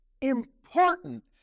important